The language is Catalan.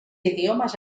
idiomes